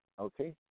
Okay